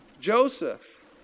Joseph